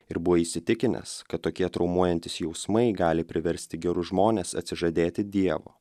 ir buvo įsitikinęs kad tokie traumuojantys jausmai gali priversti gerus žmones atsižadėti dievo